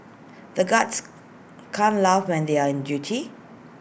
the guards can't laugh when they are on duty